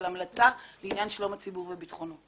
על המלצה לעניין שלום הציבור וביטחונו.